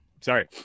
sorry